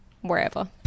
wherever